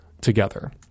together